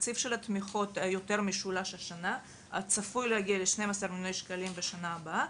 התקציב של התמיכות משולש השנה וצפוי להגיע ל-12 מיליון שקלים בשנה הבאה.